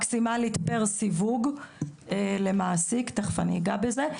מקסימלית פר סיווג למעסיק, תיכף אני אגע בזה.